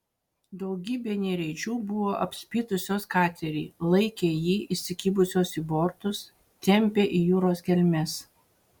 daugybė nereidžių buvo apspitusios katerį laikė jį įsikibusios į bortus tempė į jūros gelmes